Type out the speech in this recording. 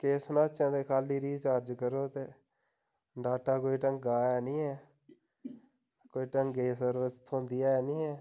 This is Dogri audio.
केह् सनाचै के खाल्ली रिचार्ज करो ते डाटा कोई ढंगा ऐ नी ऐ कोई ढंगै दी सर्वस थ्होंदी ऐ नी ऐ